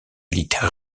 élite